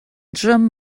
drwm